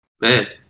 Man